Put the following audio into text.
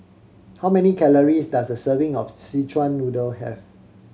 how many calories does a serving of Szechuan Noodle have